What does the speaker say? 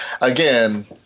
again